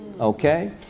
Okay